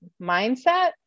mindset